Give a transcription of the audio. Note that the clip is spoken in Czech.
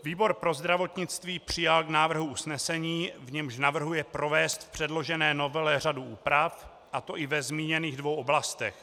Výbor pro zdravotnictví přijal v návrhu usnesení, v němž navrhuje provést v předložené novele řadu úprav, a to i ve zmíněných dvou oblastech.